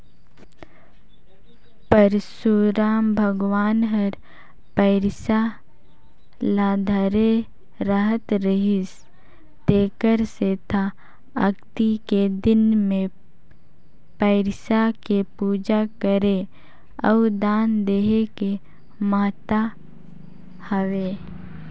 परसुराम भगवान हर फइरसा ल धरे रहत रिहिस तेखर सेंथा अक्ती के दिन मे फइरसा के पूजा करे अउ दान देहे के महत्ता हवे